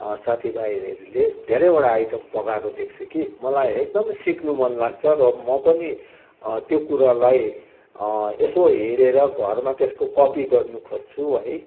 साथी भाइहरूले धेरैवटा आइटम पकाएको देख्छु कि मलाई एकदम सिक्नु मन लाग्छ र म पनि त्यो कुरालाई यसो हेरेर घरमा त्यसको कपी गर्नु खोज्छु है